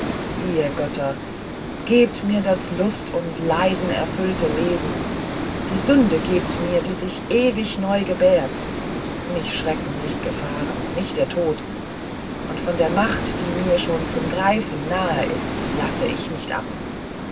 ihr götter gebt mir das lust und leiderfüllte leben die sünde gebt mir die sich ewig neu gebärt mich schrecken nicht gefahren nicht der tod und von der macht die mir schon zum greifen nahe ist lasse ich nicht ab